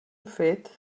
fet